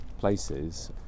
places